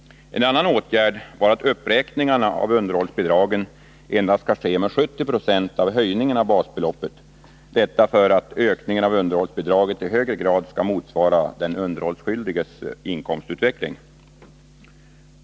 En annan åtgärd var att uppräkningarna av underhållsbidragen endast skall ske med 70 76 av höjningen av basbeloppet. Detta för att ökningen av underhållsbidraget i högre grad skall motsvara den underhållsskyldiges inkomstutveckling.